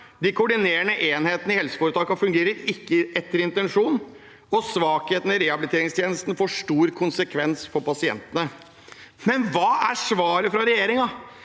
De koordinerende enhetene i helseforetakene fungerer ikke etter intensjonen, og svakhetene i rehabiliteringstjenestene får store konsekvenser for pasientene. Men hva er svaret fra regjeringen?